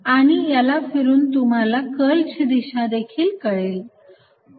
आणि याला फिरवून तुम्हाला कर्ल ची दिशा देखील कळेल